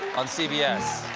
on cbs.